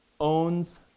owns